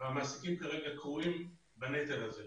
והמעסיקים כרגע כורעים בנטל הזה.